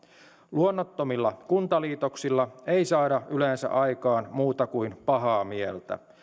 luonnottomilla kuntaliitoksilla ei saada yleensä aikaan muuta kuin pahaa mieltä